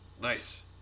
Nice